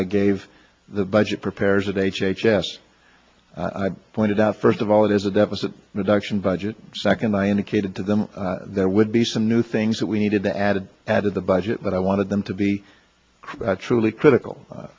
i gave the budget prepares h h s i pointed out first of all it is a deficit reduction budget second i indicated to them that would be some new things that we needed to add add to the budget but i wanted them to be truly critical